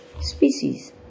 species